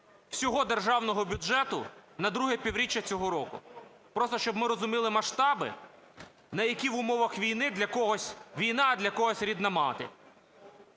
всього державного бюджету на друге півріччя цього року. Просто, щоб ми розуміли масштаби, на, які в умовах війни, для когось війна, а для когось рідна мати.